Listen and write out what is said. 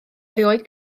erioed